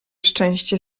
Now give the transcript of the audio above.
szczęście